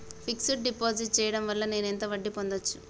Fix డ్ deposit చేయటం వల్ల నేను ఎంత వడ్డీ పొందచ్చు?